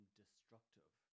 destructive